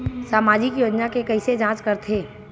सामाजिक योजना के कइसे जांच करथे?